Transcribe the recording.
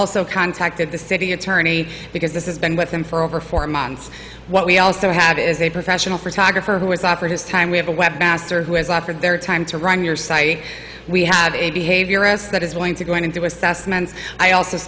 also contacted the city attorney because this has been with him for over four months what we also have is a professional photographer who has offered his time we have a webmaster who has offered their time to run your site we have a behaviorist that is going to go in and do assessments i also